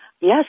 Yes